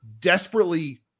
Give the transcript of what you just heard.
desperately